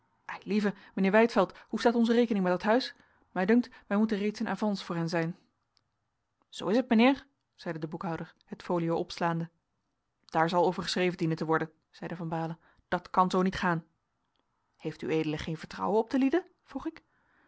eilieve mijnheer wijdveld hoe staat onze rekening met dat huis mij dunkt wij moeten reeds in avans voor hen zijn zoo is het mijnheer zeide de boekhouder het folio opslaande daar zal over geschreven dienen te worden zeide van baalen dat kan zoo niet gaan heeft ued geen vertrouwen op de lieden vroeg ik